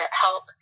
help